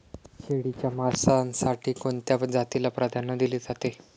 शेळीच्या मांसासाठी कोणत्या जातीला प्राधान्य दिले जाते?